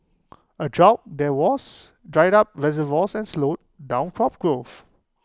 A drought there was dried up reservoirs and slowed down crop growth